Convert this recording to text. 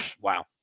Wow